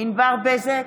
ענבר בזק,